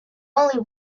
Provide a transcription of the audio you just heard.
only